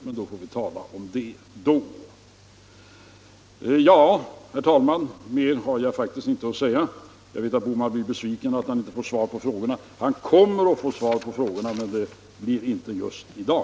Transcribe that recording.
Det får vi emellertid tala om då. Herr talman! Mer har jag faktiskt inte att säga. Jag vet att herr Bohman blir besviken över att han inte nu får svar på sina frågor. Han kommer att få svar på frågorna, men det blir inte just i dag.